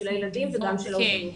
של הילדים ושל העובדות.